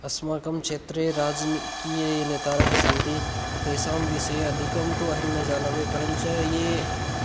अस्माकं क्षेत्रे राजकीयाः ये नेतारः सन्ति तेषां विषये अधिकं तु अहं न जानामि परञ्च ये